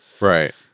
Right